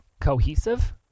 cohesive